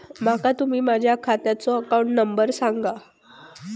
माका तुम्ही माझ्या खात्याचो अकाउंट नंबर सांगा?